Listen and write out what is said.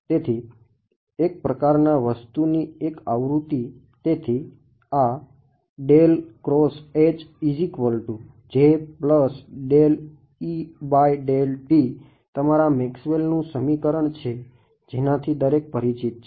તેથી એક પ્રકારના વસ્તુની એક આવૃત્તિ તેથી આ તમારા મેક્સવેલનું સમીકરણ છે જેનાથી દરેક પરિચિત છે